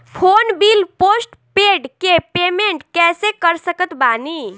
Phone bill postpaid के payment कैसे कर सकत बानी?